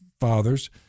fathers